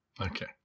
okay